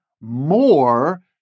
more